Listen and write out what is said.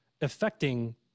affecting